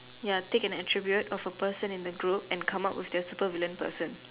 ya take an attribute of a person in the group and come up with a supervillain person